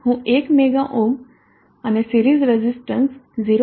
હું એક mega ohms અને સિરીઝ રઝિસ્ટન્સ 0